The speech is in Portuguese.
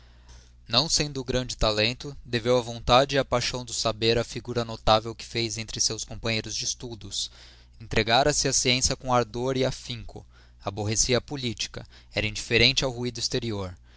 não sendo grande talento deveu à vontade e à paixão do saber a figura notável que fez entre seus companheiros de estudos entregara se à ciência com ardor e afinco aborrecia a política era indiferente ao ruído exterior